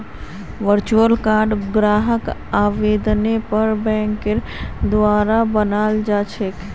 virtual कार्डक ग्राहकेर आवेदनेर पर बैंकेर द्वारा बनाल जा छेक